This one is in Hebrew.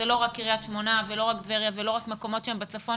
זאת לא רק קריית שמונה ולא רק טבריה ומקומות שהם בצפון